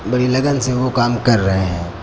बड़ी लगन से वो काम कर रहे हैं